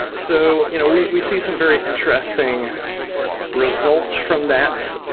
so you know we we see some very interesting results from that.